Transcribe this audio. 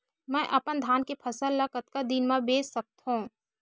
मैं अपन धान के फसल ल कतका दिन म बेच सकथो?